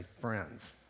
friends